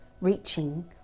reaching